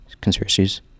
conspiracies